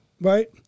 Right